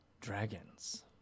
dragons